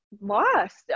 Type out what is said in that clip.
Lost